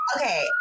Okay